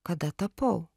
kada tapau